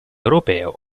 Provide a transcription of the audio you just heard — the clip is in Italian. europeo